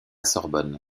sorbonne